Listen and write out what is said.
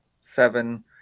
seven